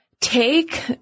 take